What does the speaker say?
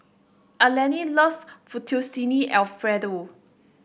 Alene loves Fettuccine Alfredo